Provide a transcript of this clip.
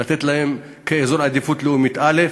לתת להם הגדרה של אזור עדיפות לאומית א',